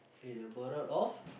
eh the moral of